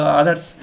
others